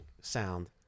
sound